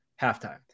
halftime